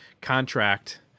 contract